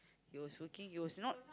he was working he was not